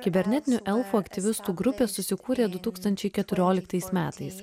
kibernetinių elfų aktyvistų grupė susikūrė du tūkstančiai keturioliktais metais